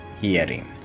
hearing